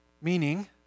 Meaning